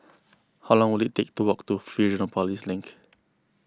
how long will it take to walk to Fusionopolis Link